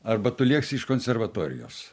arba tu lėksi iš konservatorijos